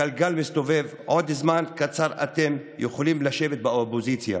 הגלגל מסתובב ובעוד זמן קצר אתם יכולים לשבת באופוזיציה.